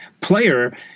player